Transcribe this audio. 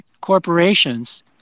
corporations